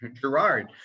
Gerard